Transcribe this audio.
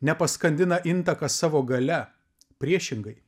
ne paskandina intakas savo galia priešingai